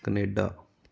Canada